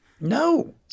No